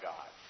God